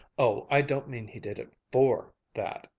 oh, i don't mean he did it for that!